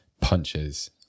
punches